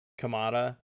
Kamada